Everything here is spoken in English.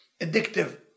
addictive